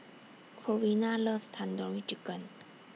Corina loves Tandoori Chicken